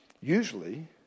usually